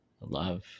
love